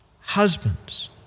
Husbands